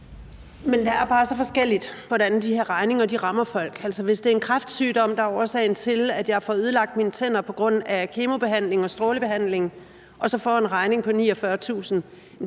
Det er bare så forskelligt, hvordan de her regninger rammer folk. Hvis det er en kræftsygdom, der er årsag til, at jeg har fået ødelagt mine tænder på grund af kemobehandlingen og strålebehandlingen, og jeg så får en regning på 49.000